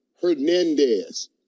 Hernandez